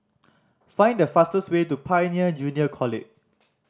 find the fastest way to Pioneer Junior College